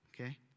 Okay